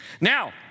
Now